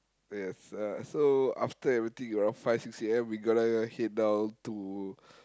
yes uh so after everything around five six A_M we gonna head down to